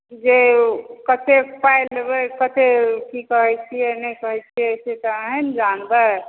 जे कते पाइ लेबै कते की कहै छिए नहि कहै छिए से तऽ अहीँ ने जानबै